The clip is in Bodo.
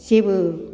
जेबो